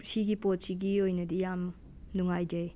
ꯁꯤꯒꯤ ꯄꯣꯠꯁꯤꯒꯤ ꯑꯣꯏꯅꯗꯤ ꯌꯥꯝꯅ ꯅꯨꯉꯥꯏꯖꯩ